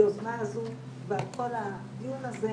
היוזמה הזו ועל כל הדיון הזה,